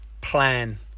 plan